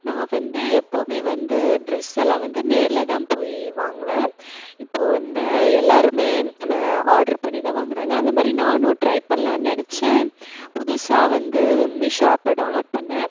நான் வந்து எப்போதுமே வந்து ட்ரெஸெல்லாம் வந்து நேரில் தான் போய் வாங்குவேன் இப்போது வந்து எல்லோருமே நம்ம ஆர்ட்ரு பண்ணி தான் வாங்கறாங்க அந்த மாதிரி நானும் ட்ரை பண்லாம் நெனைச்சு புதுசாக வந்து மீஷோ ஆப்பை டௌன்லோட் பண்ணேன்